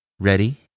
Ready